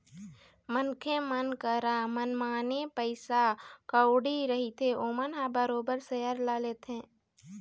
मनखे मन करा मनमाने पइसा कउड़ी रहिथे ओमन ह बरोबर सेयर ल लेथे